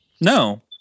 No